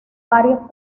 varios